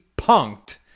punked